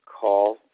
call